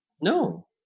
no